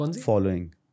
Following